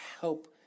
help